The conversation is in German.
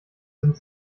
sind